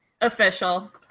Official